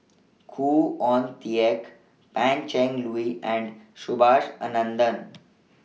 Khoo Oon Teik Pan Cheng Lui and Subhas Anandan